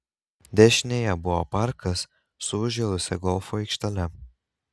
dešinėje buvo parkas su užžėlusia golfo aikštele